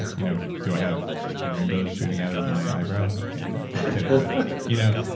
yeah you know do i have rainbows shooting out of my eyebrows? okay, no, i'm kidding, but you know?